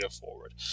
forward